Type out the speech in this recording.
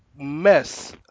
mess